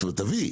תביא,